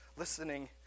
listening